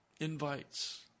invites